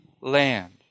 land